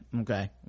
okay